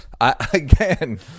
Again